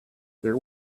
there